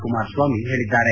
ಕುಮಾರಸ್ವಾಮಿ ಹೇಳಿದ್ದಾರೆ